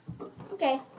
Okay